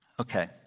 Okay